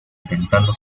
intentando